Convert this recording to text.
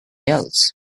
else